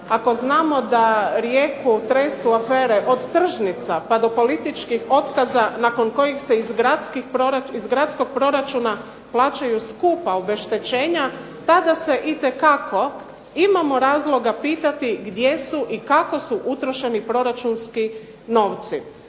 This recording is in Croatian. Ako znamo da Rijeku tresu afere od tržnica pa do političkih otkaza, nakon kojih se iz gradskog proračuna plaćaju skupa obeštećenja, tada se itekako imamo razloga pitati gdje su i kako su utrošeni proračunski novci